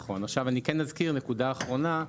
נכון, עכשיו אני כן אזכיר נקודה נוספת.